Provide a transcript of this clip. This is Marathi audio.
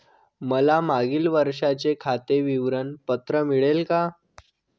मला मागील वर्षाचे खाते विवरण पत्र मिळेल का?